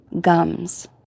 Gums